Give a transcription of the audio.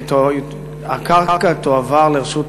שהקרקע תועבר לרשות החברה.